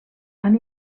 han